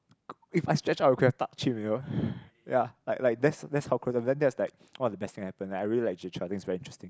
if I stretched out I could have touched him you know ya like like that's that's how close and then that was like one of the best thing that happened like I really like Jay-Chou I think is very interesting